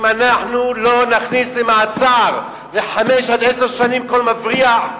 אם אנחנו לא נכניס למעצר לחמש או עשר שנים כל מבריח,